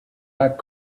act